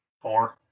Four